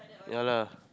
ya lah